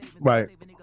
Right